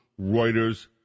Reuters